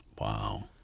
Wow